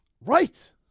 Right